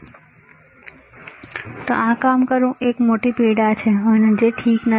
હવે આ કામ કરવું એ એક મોટી પીડા છે અને જે ઠીક નથી